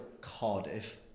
Cardiff